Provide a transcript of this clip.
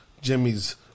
Jimmy's